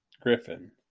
Griffin